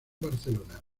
barcelona